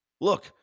look